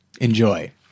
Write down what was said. Enjoy